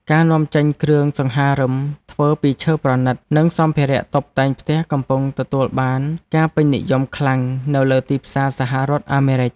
ការនាំចេញគ្រឿងសង្ហារឹមធ្វើពីឈើប្រណីត និងសម្ភារតុបតែងផ្ទះកំពុងទទួលបានការពេញនិយមខ្លាំងនៅលើទីផ្សារសហរដ្ឋអាមេរិក។